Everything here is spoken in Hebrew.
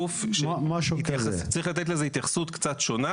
גוף שצריך לתת לו התייחסות קצת שונה,